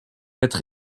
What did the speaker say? être